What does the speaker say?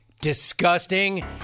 Disgusting